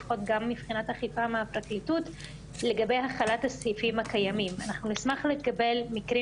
וגם כשאני מסתכלת על הטיוטה היא מפנה להגדרות שקיימות היום בחוק.